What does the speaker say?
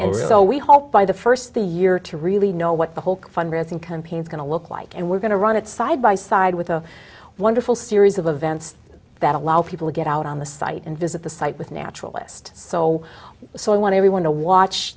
and so we hope by the first the year to really know what the whole fundraising campaign is going to look like and we're going to run it side by side with a wonderful series of events that allow people to get out on the site and visit the site with naturalist so so i want everyone to watch